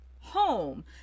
home